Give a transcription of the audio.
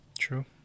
True